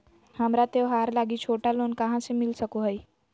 हमरा त्योहार लागि छोटा लोन कहाँ से मिल सको हइ?